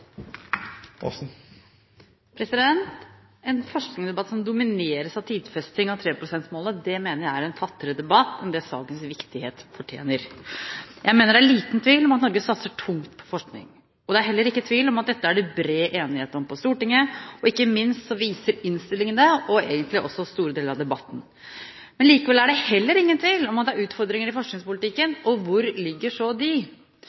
en fattigere debatt enn det sakens viktighet fortjener. Jeg mener det er liten tvil om at Norge satser tungt på forskning. Det er heller ikke tvil om at dette er det bred enighet om på Stortinget. Ikke minst viser innstillingen dette – og egentlig også store deler av debatten. Likevel er det heller ingen tvil om at det er utfordringer i forskningspolitikken. Hvor ligger så de?